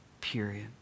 period